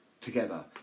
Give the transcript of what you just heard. together